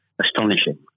astonishing